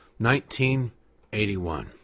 1981